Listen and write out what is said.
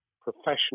professional